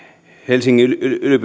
helsingin